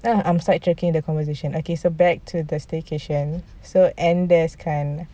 now I'm side tracking the conversation so back to staycation so andes kan